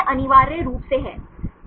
यह अनिवार्य रूप से है